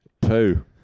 poo